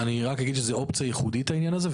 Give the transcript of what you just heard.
אני רק אגיד שזו אופציה ייחודית, העניין הזה.